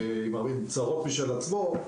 עם הרבה צרות משל עצמו,